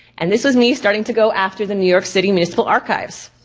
and this was me starting to go after the new york city municipal archives.